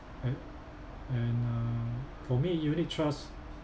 and and uh for me unit trust